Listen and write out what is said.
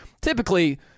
Typically